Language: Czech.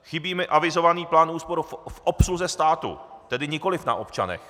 Chybí mi avizovaný plán úspor v obsluze státu, tedy nikoli na občanech.